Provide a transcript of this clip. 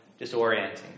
disorienting